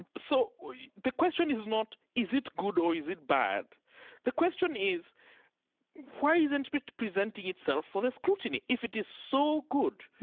so yeah the question is not is it good or is it bad the question is why isn't it presenting itself for the scrutiny? if it is so good,